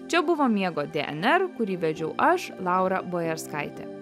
čia buvo miego dnr kurį vedžiau aš laura bojarskaitė